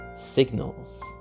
signals